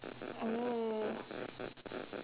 oh